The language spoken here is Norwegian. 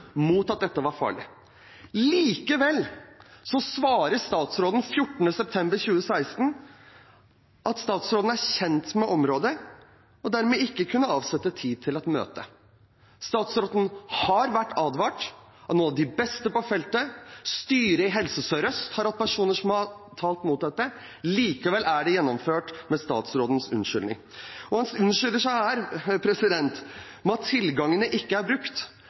at dette var farlig. Likevel svarer statsråden 14. september 2016 at statsråden er kjent med området – og dermed ikke kunne avsette tid til et møte. Statsråden har blitt advart av noen av de beste på feltet. Styret i Helse Sør-Øst har hatt personer som har talt mot dette. Likevel er det gjennomført, med statsrådens unnskyldning. Og han unnskylder seg her med at tilgangene ikke er brukt.